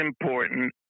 important